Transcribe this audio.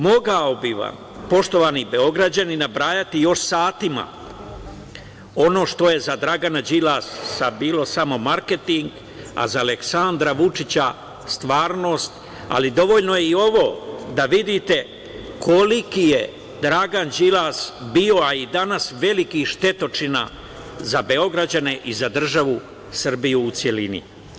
Mogao bih vam, poštovani Beograđani, nabrajati još satima ono što je za Dragana Đilasa bio samo marketing, a za Aleksandra Vučića stvarnost, ali dovoljno je i ovo da vidite koliki je Dragan Đilas bio, a i danas, veliki štetočina za Beograđane i za državu Srbiju u celini.